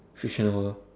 fiction world